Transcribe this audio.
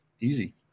easy